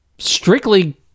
Strictly